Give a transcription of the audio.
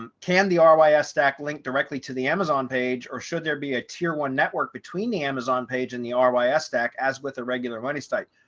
um can the ah roi ah stack link directly to the amazon page? or should there be a tier one network between the amazon page and the ah roi ah stack as with a regular money site?